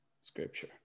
Scripture